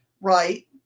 Right